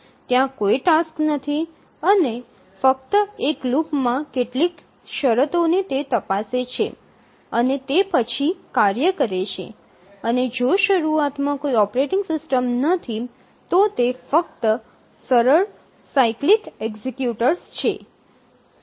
ત્યાં કોઈ ટાસક્સ નથી અને તે ફક્ત એક લૂપમાં કેટલીક શરતો ને તપાસે છે અને તે પછી કાર્ય કરે છે અને જો શરૂઆત માં કોઈ ઓપરેટિંગ સિસ્ટમ નથી તો તે ફક્ત સરળ સાયક્લિક એક્ઝેક્યુટર્સ છે